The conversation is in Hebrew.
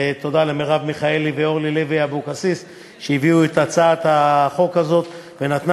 ותודה למרב מיכאלי ואורלי לוי אבקסיס שהביאו את הצעת החוק הזו ונתנו